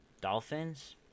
Dolphins